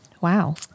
Wow